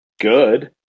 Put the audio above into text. good